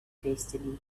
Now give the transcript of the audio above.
destiny